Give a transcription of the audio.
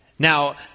Now